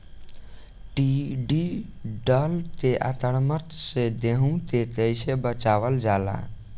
टिडी दल के आक्रमण से गेहूँ के कइसे बचावल जाला?